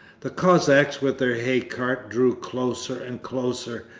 the cossacks with their hay-cart drew closer and closer,